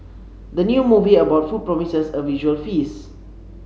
the new movie about food promises a visual feast